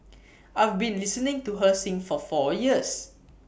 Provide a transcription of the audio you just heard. I've been listening to her sing for four years